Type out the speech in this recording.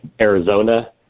Arizona